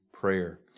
prayer